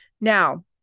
Now